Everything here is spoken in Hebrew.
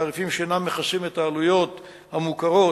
תעריפים שאינם מכסים את העלויות המוכרות